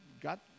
got